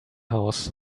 house